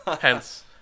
Hence